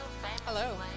Hello